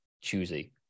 choosy